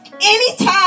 Anytime